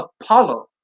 Apollo